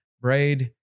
braid